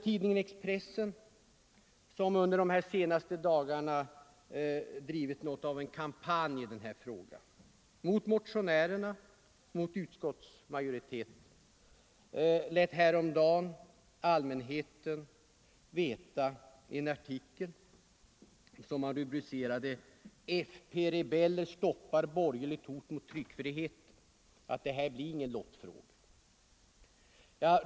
Tidningen Expressen har emellertid under de senaste dagarna drivit något av en kampanj i den här frågan mot motionärerna och utskottsmajoriteten. I en artikel häromdagen med rubriken ”Fp-rebeller stoppar borgerligt hot mot tryckfriheten” lät man allmänheten veta att det här inte blir någon lottningsfråga.